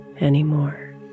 anymore